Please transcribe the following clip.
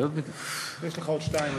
יש לך עוד שתיים,